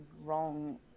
wrong